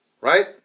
right